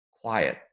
quiet